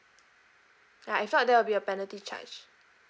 ah if not there will be a penalty charge